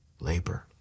labor